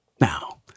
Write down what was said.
Now